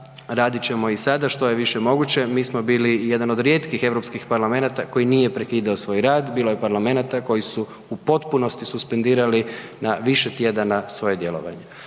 radit ćemo i sada što je više moguće, mi smo bili jedan od rijetkih europskih parlamenata koji nije prekidao svoj rad, bilo je parlamenata koji su u potpunosti suspendirali na više tjedana svoje djelovanje.